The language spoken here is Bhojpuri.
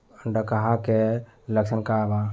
डकहा के लक्षण का वा?